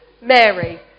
Mary